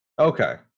Okay